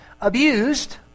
abused